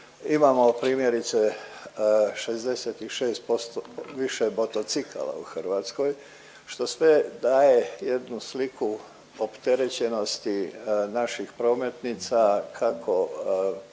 imamo primjerice 66% više motocikala u Hrvatskoj što sve daje jednu sliku opterećenosti naših prometnica kako